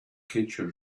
kitchen